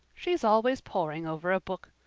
she's always poring over a book.